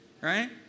right